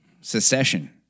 secession